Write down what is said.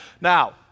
Now